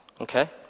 okay